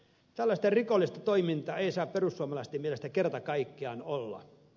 tällaista rikollista toimintaa ei saa perussuomalaisten mielestä kerta kaikkiaan olla